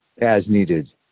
as-needed